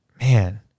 Man